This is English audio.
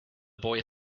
boy